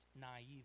naive